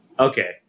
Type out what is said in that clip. Okay